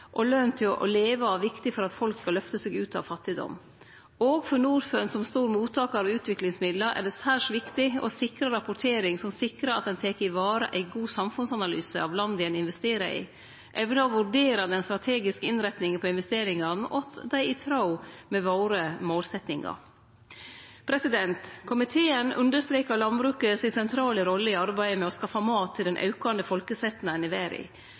og løn til å leve av viktig for at folk skal løfte seg ut av fattigdom. Òg for Norfund, som stor mottakar av utviklingsmidlar, er det særs viktig å sikre rapportering som sikrar at ein varetek ein god samfunnsanalyse av landa ein investerer i, evnar å vurdere den strategiske innretninga på investeringane, og at dei er i tråd med målsetjingane våre. Komiteen understrekar landbruket si sentrale rolle i arbeidet med å skaffe mat til den aukande